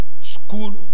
school